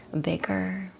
bigger